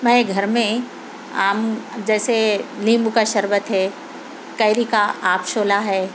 میں گھر میں آم جیسے نیمبو کا شربت ہے کیری کا آبشولہ ہے